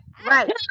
right